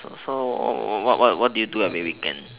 so what what what did you do every weekend